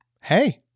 hey